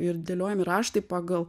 ir dėliojami raštai pagal